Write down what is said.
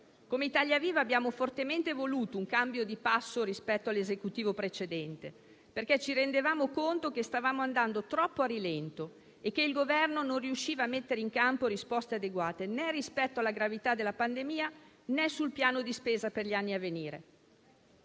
Italia Viva abbiamo fortemente voluto un cambio di passo rispetto all'Esecutivo precedente, perché ci rendevamo conto che stavamo andando troppo a rilento e che il Governo non riusciva a mettere in campo risposte adeguate né rispetto alla gravità della pandemia, né sul piano di spesa per gli anni a venire,